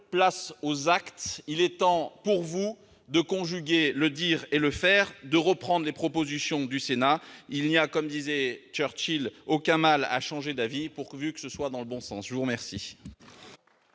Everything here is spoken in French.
place aux actes ! Il est temps pour vous de conjuguer le « dire » et le « faire » et de reprendre les propositions du Sénat. Il n'y a, comme disait Churchill, aucun mal à changer d'avis, pourvu que ce soit dans le bon sens ! La parole